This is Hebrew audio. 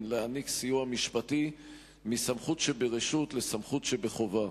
להעניק סיוע משפטי מסמכות שברשות לסמכות שבחובה.